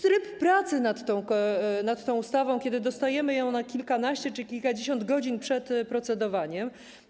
Tryb pracy nad tą ustawą, kiedy dostajemy ją na kilkanaście czy na kilkadziesiąt godzin przed procedowaniem.